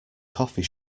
coffee